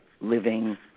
living